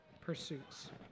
pursuits